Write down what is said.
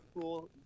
cool